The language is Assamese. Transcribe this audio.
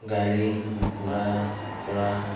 গাড়ীত ঘূৰাৰপৰা